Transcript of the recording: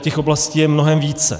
Těch oblastí je mnohem více.